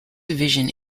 division